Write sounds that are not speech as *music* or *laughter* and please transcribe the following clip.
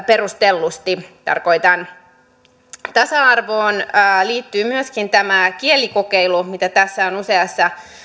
*unintelligible* perustellusti tasa arvoon liittyy myöskin tämä kielikokeilu mitä tässä on useassa